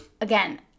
again